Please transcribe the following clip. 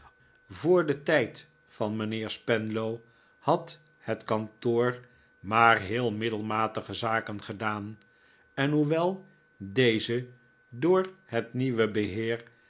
voor den tijd van mijnheer spenlow had het kantoor maar heel middelmatige zaken gedaan en hoewel deze door het nieuwe beheer